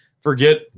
Forget